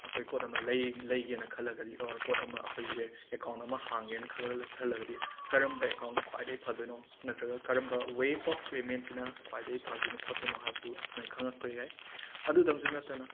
ꯑꯩꯈꯣꯏ ꯄꯣꯠ ꯑꯃ ꯂꯩ ꯂꯩꯒꯦꯅ ꯈꯜꯂꯒꯗꯤ ꯑꯣꯔ ꯄꯣꯠ ꯑꯃ ꯑꯩꯈꯣꯏꯁꯦ ꯑꯦꯀꯥꯎꯟ ꯑꯃ ꯍꯥꯡꯒꯦꯅ ꯈꯜꯂ ꯈꯜꯂꯒꯗꯤ ꯀꯔꯝꯕ ꯑꯦꯀꯥꯎꯟꯅ ꯈ꯭ꯋꯥꯏꯗꯩ ꯐꯗꯣꯏꯅꯣ ꯅꯠꯇ꯭ꯔꯒ ꯀꯔꯝꯕ ꯋꯦ ꯑꯣꯐ ꯄꯦꯃꯦꯟꯁꯤꯅ ꯈ꯭ꯋꯥꯏꯗꯒꯤ ꯐꯗꯣꯏꯅꯣ ꯈꯣꯠꯇꯣꯏꯅꯣ ꯍꯥꯏꯕꯗꯨ ꯃꯣꯏ ꯈꯪꯂꯛꯄ ꯌꯥꯏ ꯑꯗꯨꯇꯪꯁꯨ ꯅꯠꯇꯅ